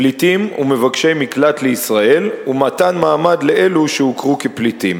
פליטים ומבקשי מקלט לישראל ומתן מעמד לאלו שהוכרו כפליטים".